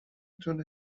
تونه